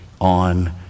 on